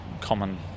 common